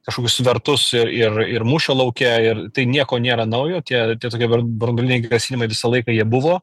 kažkokius svertus ir ir ir mūšio lauke ir tai nieko nėra naujo tie tokie branduoliniai grasinimai visą laiką jie buvo